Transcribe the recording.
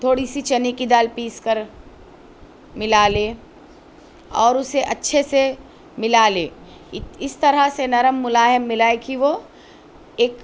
تھوڑی سی چنے کی دال پیس کر ملا لے اور اسے اچّھے سے ملا لے اس طرح سے نرم ملائم ملائے کہ وہ ایک